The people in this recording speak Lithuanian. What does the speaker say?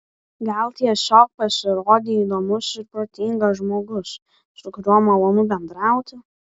gal tiesiog pasirodei įdomus ir protingas žmogus su kuriuo malonu bendrauti